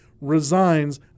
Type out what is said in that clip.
resigns